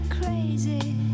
crazy